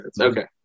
Okay